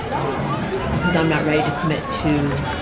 um because i'm not ready to commit to